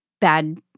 bad